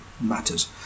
matters